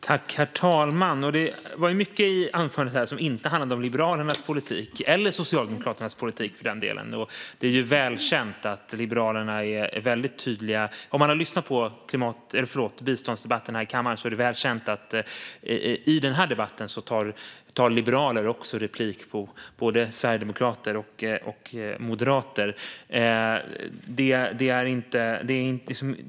Herr talman! Det var mycket i anförandet som inte handlade om Liberalernas politik - eller Socialdemokraternas, för den delen. För den som har lyssnat på biståndsdebatterna här i kammaren är det väl känt att liberaler tar replik på både sverigedemokrater och moderater i dessa debatter.